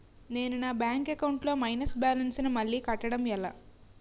నేను నా bank account లొ మైనస్ బాలన్స్ ను మళ్ళీ కట్టడం ఎలా?